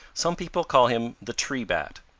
some people call him the tree bat.